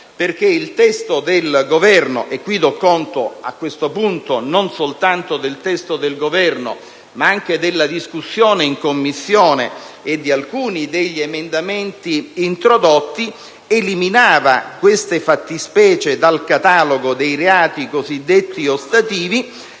Infatti il testo del Governo (e, a questo punto, do conto non soltanto del testo del Governo, ma anche della discussione in Commissione e di alcuni degli emendamenti introdotti) eliminava tali fattispecie dal catalogo dei reati cosiddetti ostativi